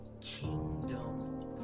Kingdom